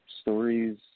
stories